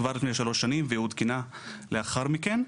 כבר לפני שלוש שנים ועודכנה לאחר מכן,